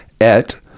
Et